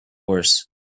worse